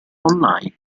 online